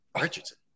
Richardson